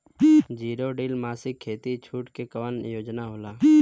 Zero deal मासिन खाती छूट के कवन योजना होला?